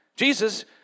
Jesus